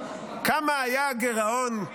--- כמה היה הגירעון?